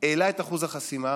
העלה את אחוז החסימה